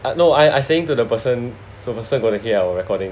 no I I saying to the person the person who going to hear our recording